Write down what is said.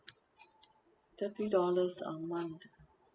thirty dollars a month